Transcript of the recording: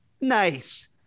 Nice